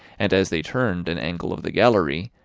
and as they turned an angle of the gallery,